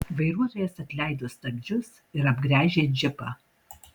vairuotojas atleido stabdžius ir apgręžė džipą